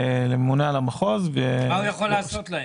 מה הוא יכול לעשות להם?